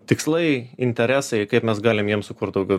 tikslai interesai kaip mes galim jiem sukurt daugiau